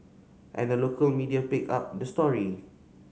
and the local media picked up the story